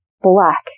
black